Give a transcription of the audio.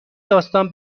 داستان